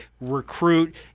recruit